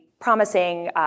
promising